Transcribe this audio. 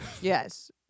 Yes